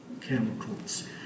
chemicals